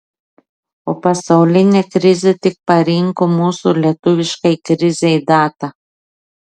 o pasaulinė krizė tik parinko mūsų lietuviškai krizei datą